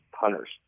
hunters